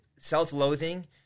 Self-loathing